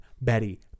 Betty